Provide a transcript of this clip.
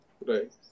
Right